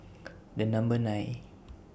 The Number nine